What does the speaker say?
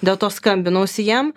dėl to skambinausi jam